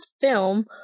film